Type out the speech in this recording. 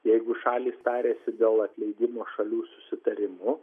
jeigu šalys tariasi dėl atleidimo šalių susitarimu